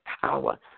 power